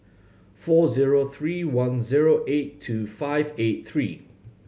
four zero three one zero eight two five eight three